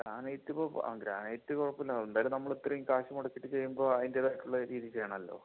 granite ഇപ്പോൾ granite കുഴപ്പമില്ല എന്തായാലും നമ്മൾ ഇത്രയും കാശു മുടക്കിയിട്ട് ചെയ്യുമ്പോൾ അതിന്റേതായിട്ടുള്ള രീതിയിൽ ചെയ്യണമല്ലോ